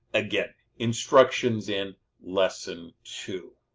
again, instructions in lesson two.